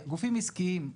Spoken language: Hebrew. גופים עסקיים,